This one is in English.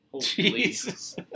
Jesus